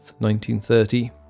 1930